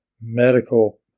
medical